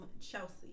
Chelsea